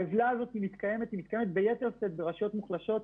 העוולה הזאת מתקיימת ביתר שאת ברשויות חלשות,